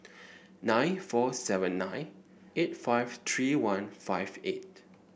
nine four seven nine eight five three one five eight